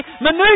Manu